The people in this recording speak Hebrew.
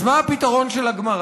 אז מה הפתרון של הגמרא?